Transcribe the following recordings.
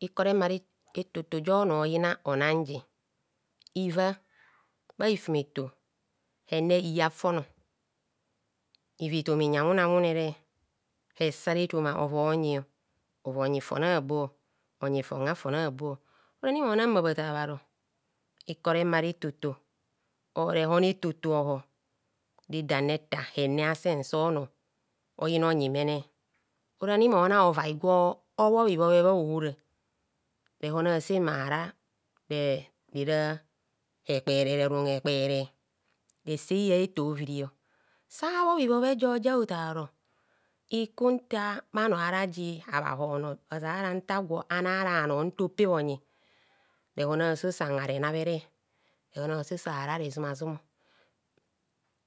Ikor remare etoto jo nor oyina onan ji, iva bhahifumeto hene iya fon, iva etoma inyi awunawune hesare etoma ovo onyi ovonyi fon a'bo onyi fon a'fon a'bo. Orani mona mma bhada bharo, ikoremare etoto or rehon etoto ohor redam retar hene asen sonor oyina onyi mene orani mona ovai gwo bhobhibhobhe bha ohor a rehon ase mmara rerera ekpere rehon ekpere rese nuyah eto virio sabho bhi bho bhe joja ofaro iku nta bhanor bhara ji habha honor ozara nta gwo onara bhanor ntopeb onyi rehon aso san harenabhere rehon aso sa hara rezumazum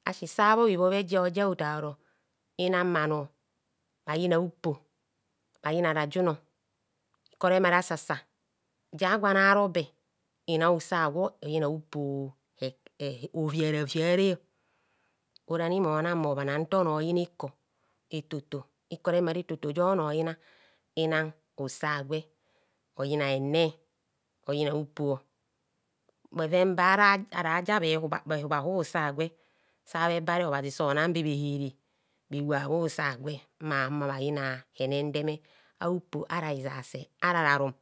asi sabhobhi bhobhe jo ja otaro ina bhanor bhayina bhupo, bhayina rajunor, ikor remare asasa, jagwo ana arobe ina usa agwo oyina bhupo[stammering] hoviareviare orani mona mmo bhana nta. onor oyina ikor etoto ikor remare etoto ja onor oyina ina usa agwe oyina hene, oyina bhupo bheven bara araja bhehub bhehubhahub usa agwe sabhebare obhazi so nanbe bhe hire bhewa bhusa agwe mma bhayina henendeme a'bhupo ara hizase ara ra rum.